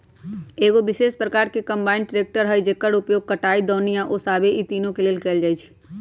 एगो विशेष प्रकार के कंबाइन ट्रेकटर हइ जेकर उपयोग कटाई, दौनी आ ओसाबे इ तिनों के लेल कएल जाइ छइ